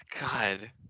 God